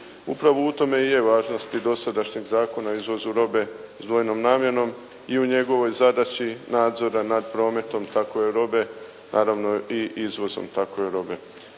Upravo u tome i je važnost dosadašnjeg Zakona o izvozu robe sa dvojnom namjenom i u njegovoj zadaći nadzora nad prometom takve robe, naravno i izvozom takve robe.